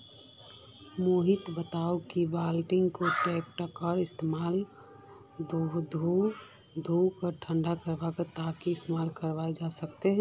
मोहित बताले कि बल्क टैंककेर इस्तेमाल दूधक ठंडा करवार तने इस्तेमाल कराल जा छे